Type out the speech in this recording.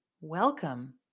Welcome